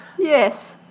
Yes